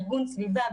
ארגון סביבה,